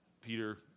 Peter